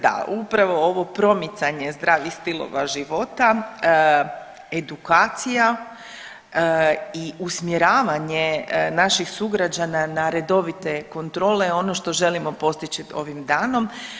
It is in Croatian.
Da, upravo ovo promicanje zdravih stilova života, edukacija i usmjeravanja naših sugrađana na redovite kontrole je ono što želimo postići ovim danom.